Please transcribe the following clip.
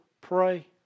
pray